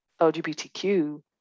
LGBTQ